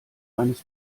eines